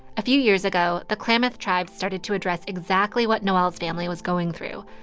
a few years ago, the klamath tribes started to address exactly what noelle's family was going through.